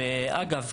אגב,